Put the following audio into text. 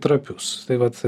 trapius tai vat